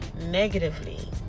negatively